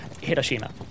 Hiroshima